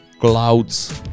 Clouds